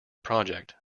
project